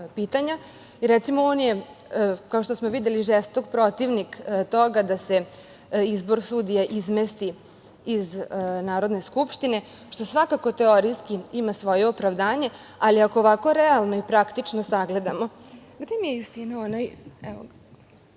recimo on je, kao što smo videli, žestok protivnik toga da se izbor sudija izmesti iz Narodne skupštine, što svakako teorijski ima svoje opravdanje. Ali, ako ovako realno i praktično sagledamo da li poslanici zaista